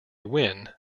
win